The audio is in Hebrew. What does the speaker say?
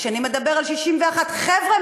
השני מדבר על 61. חבר'ה,